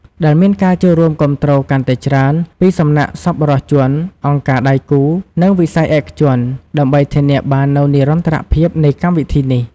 ដែលមានការចូលរួមគាំទ្រកាន់តែច្រើន ពីសំណាក់សប្បុរសជន អង្គការដៃគូ និងវិស័យឯកជន ដើម្បីធានាបាននូវនិរន្តរភាពនៃកម្មវិធីនេះ។